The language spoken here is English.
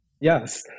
Yes